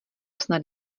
snad